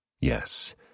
Yes